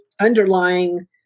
underlying